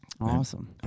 Awesome